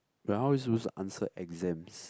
but how are we supposed to answer exams